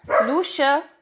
Lucia